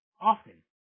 often